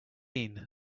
been